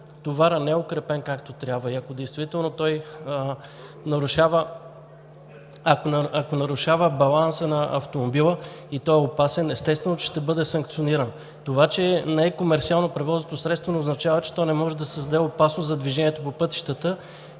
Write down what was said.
товарът не е укрепен както трябва, ако нарушава баланса на автомобила и е опасен, естествено, че ще бъде санкциониран. Това, че не е комерсиално превозното средство, не означава, че то не може да създаде опасност за движението по пътищата